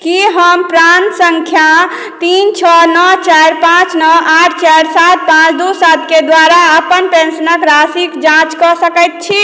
की हम प्राण सङ्ख्या तीन छओ नओ चारि पाँच नओ आठ चारि सात पाँच दू सातके द्वारा अपन पेंशनक राशिक जाँच कऽ सकैत छी